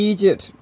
Egypt